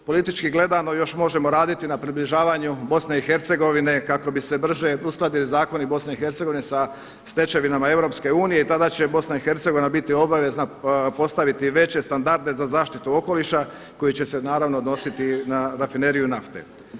Politički gledamo još možemo raditi na približavanju BiH kako bi se brže uskladili zakoni BiH sa stečevinama EU i tada će BiH biti obavezna postaviti veće standarde za zaštitu okoliša koji će se odnositi na rafineriju nafte.